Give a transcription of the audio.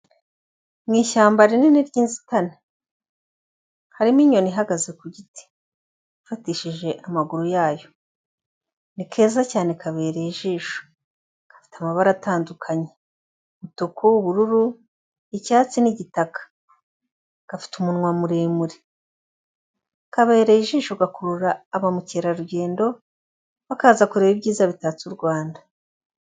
Mu ishyamba rinini ry'inzitane, harimo inyoni ihagaze ku giti, ifatishije amaguru yayo, ni keza cyane kabereye ijisho, gafite amabara atandukanye, umutuku, ubururu, icyatsi, n'igitaka, gafite umunwa muremure, kabereye ijisho gakurura ba mukerarugendo, bakaza kureba ibyiza bitatse u Rwanda.